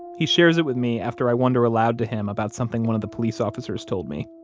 he shares it with me after i wonder aloud to him about something one of the police officers told me.